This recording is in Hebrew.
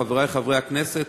חברי חברי הכנסת,